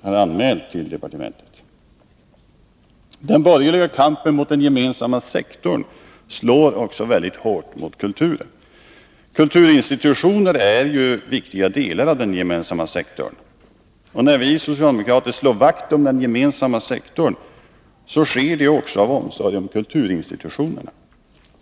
har anmält till departementet. Den borgerliga kampen mot den gemensamma sektorn slår också väldigt hårt mot kulturen. Kulturinstitutioner är ju viktiga delar av den gemensamma sektorn, och när vi socialdemokrater slår vakt om den gemensamma sektorn sker det också av omsorg om kulturinstitutionerna.